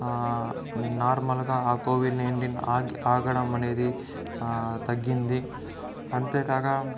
normal గా ఆ covid nineteen ఆగ్ ఆగడం అనేది తగ్గింది అంతేకాక